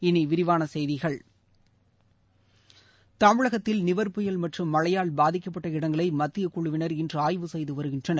இனி விரிவான செய்திகள் தமிழகத்தில் நிவர் புயல் மற்றும் மழையால் பாதிக்கப்பட்ட இடங்களை மத்தியக் குழுவினர் இன்று ஆய்வு செய்து வருகின்றனர்